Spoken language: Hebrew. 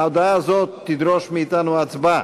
ההודעה הזאת תדרוש מאתנו הצבעה.